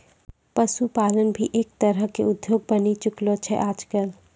पशुपालन भी एक तरह के उद्योग बनी चुकलो छै आजकल